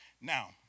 Now